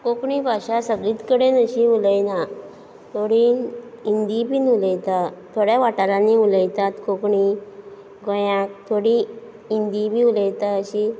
कोंकणी भाशा सगलींच कडेन अशी उलयना थोडीं हिंदी बीन उलयता थोड्या वाटारांनी उलयतात कोंकणी गोंयाक थोडी हिंदी बी उलयता अशी